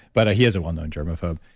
but he is a well-known germophobe.